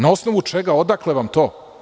Na osnovu čega, odakle vam to?